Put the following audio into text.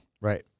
Right